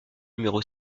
numéro